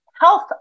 health